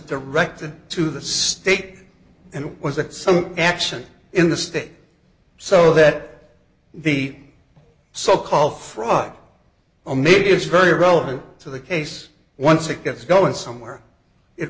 directed to the state and it was at some action in the state so that the so called fraud or maybe it's very relevant to the case once it gets going somewhere it